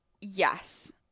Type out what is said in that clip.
Yes